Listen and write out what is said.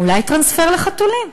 אולי טרנספר לחתולים,